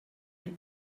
had